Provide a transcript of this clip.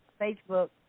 Facebook